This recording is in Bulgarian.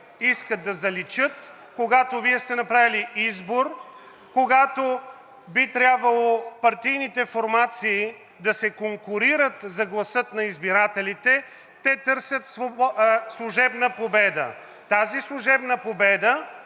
Искат да заличат, когато Вие сте направили избор, когато би трябвало партийните формации да се конкурират за гласа на избирателите, те търсят служебна победа. Тази служебна победа